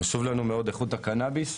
חשובה לנו מאוד איכות הקנאביס.